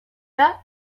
that